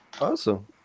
Awesome